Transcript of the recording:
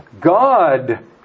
God